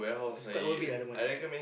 but it's quite worth it lah the money